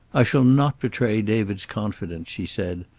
i shall not betray david's confidence, she said.